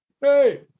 Hey